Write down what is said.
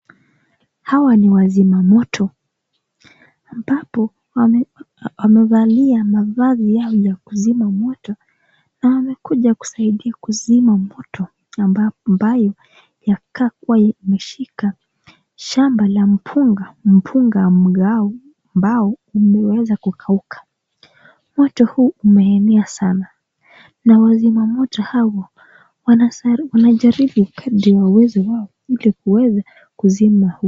Hawa ni wazima moto . Ambapo wamevalia mavazi yao ya kuzima moto na wamekuja kusaidia kuzima moto ambayo inakaa kuwa imeshika shamba la mpunga, mpunga ambao umekauka sana. Na wazima moto hawa wanajiribu sana kadri waweze kuzima moto.